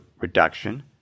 reduction